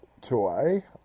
toy